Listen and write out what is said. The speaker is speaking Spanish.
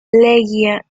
leguía